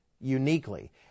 uniquely